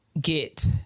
get